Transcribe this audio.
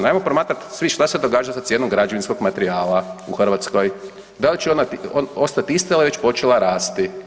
Ajmo promatrat svi šta se događa sa cijenom građevinskog materijala u Hrvatskoj, da li će ona ostati ista ili je već počela rasti?